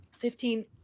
Fifteen